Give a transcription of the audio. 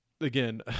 again